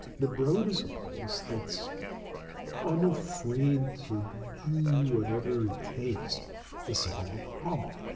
the broad is a place that's unafraid to do whatever it takes to solve a problem.